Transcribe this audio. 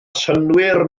synnwyr